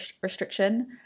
restriction